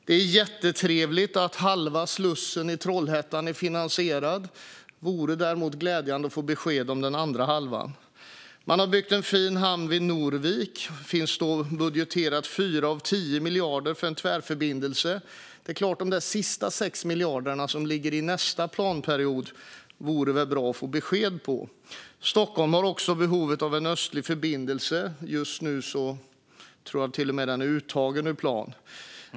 Det är jättetrevligt att halva slussen i Trollhättan är finansierad, och det vore glädjande att få besked om den andra halvan. Man har byggt en fin hamn vid Norvik. Det finns budgeterat 4 av 10 miljarder för en tvärförbindelse. Det är klart att det vore bra att få besked om de sista 6 miljarderna, som ligger i nästa planperiod. Stockholm har också behov av en östlig förbindelse. Just nu tror jag att den till och med är uttagen ur plan.